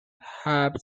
have